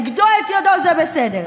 לגדוע את ידו זה בסדר,